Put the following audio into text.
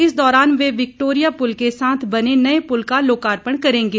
इस दौरान वे विक्टोरिया पुल के साथ बने नए पुल का लोकार्पण करेंगे